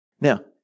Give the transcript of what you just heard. Now